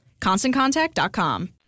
ConstantContact.com